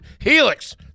Helix